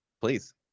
Please